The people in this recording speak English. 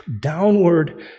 downward